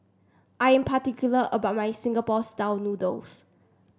I am particular about my Singapore style noodles